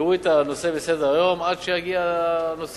ולהוריד את הנושא מסדר-היום עד שהוא יגיע לדיון,